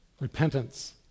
repentance